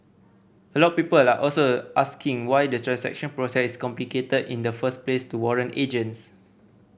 a lot people are also asking why the transaction process complicated in the first place to warrant agents